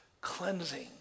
cleansing